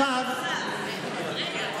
רגע.